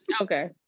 Okay